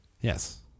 Yes